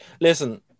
Listen –